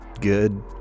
good